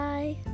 Bye